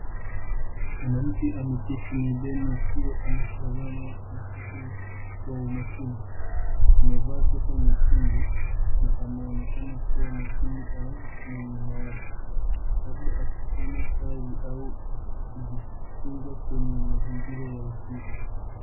Mwanamke ameketi mezani akiwa anatazama kompyuta kwa umakini. Amevaa sweta nyekundu na anaonekana kuwa makini au mwenye mawazo labda akifanya kazi au kujifunza kwenye mazingira ya ofisi.